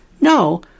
no